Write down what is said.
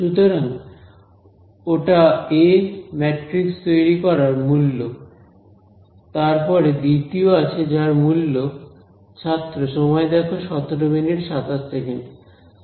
সুতরাং ওটা A matrix তৈরি করার মূল্য তারপরে দ্বিতীয় আছে যার মূল্য সমাধান করতে হবে ax সমান b